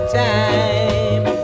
time